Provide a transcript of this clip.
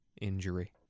injury